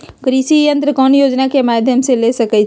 कृषि यंत्र कौन योजना के माध्यम से ले सकैछिए?